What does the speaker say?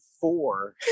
four